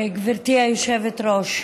גברתי היושבת-ראש,